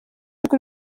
rwe